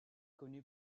connu